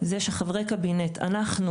זה שאנחנו,